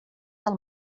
del